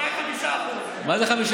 אולי 5%. מה זה 5%?